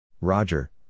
Roger